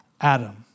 Adam